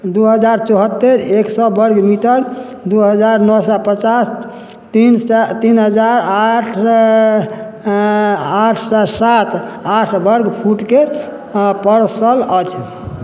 दू हजार चौहत्तरि एक सए वर्ग मीटर दू हजार नओ सए पचास तीन सए तीन हजार आठ हँ आठ सए सात आठ वर्ग फुटके हँ परसल अछि